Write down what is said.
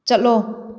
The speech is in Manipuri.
ꯆꯠꯂꯣ